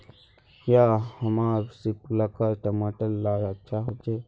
क्याँ हमार सिपकलर टमाटर ला अच्छा होछै?